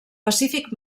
pacífic